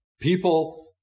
People